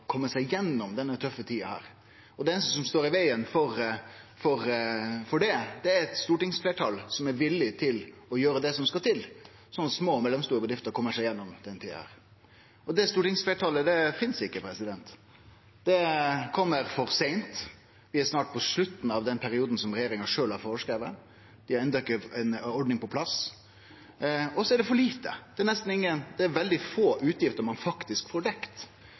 seg gjennom denne tøffe tida. Det einaste som står i vegen for det, er eit stortingsfleirtal som er villig til å gjere det som skal til, slik at små og mellomstore bedrifter kjem seg gjennom denne tida. Det stortingsfleirtalet finst ikkje, det kjem for seint. Vi er snart på slutten av den perioden som regjeringa sjølv har føreskrive, vi har enno ikkje ei ordning på plass, og det er for lite, det er nesten ingen – i alle fall veldig få – utgifter ein faktisk får dekt.